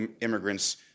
immigrants